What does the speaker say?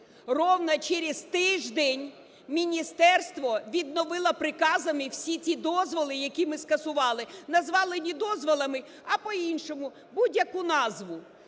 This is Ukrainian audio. Рівно через тиждень міністерство відновило наказами всі ті дозволи, які ми скасували, назвали не дозволами, а по-іншому, будь-яку назву.